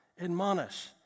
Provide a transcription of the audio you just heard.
admonish